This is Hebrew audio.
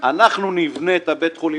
והם יבנו את בתי החולים.